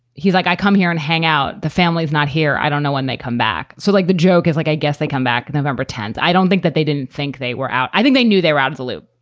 he's like, i come here and hang out. the family's not here. i don't know when they come back. so, like, the joke is like i guess they come back in november tenth. i don't think that they didn't think they were out. i think they knew their absolute.